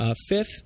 fifth